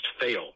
fail